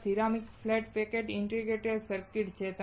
આ ceramic flat pack integrated circuit છે